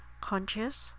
Conscious